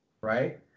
right